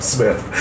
Smith